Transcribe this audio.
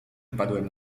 wpadłem